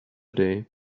day